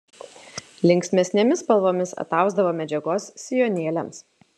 linksmesnėmis spalvomis atausdavo medžiagos sijonėliams